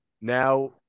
now